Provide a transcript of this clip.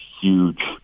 huge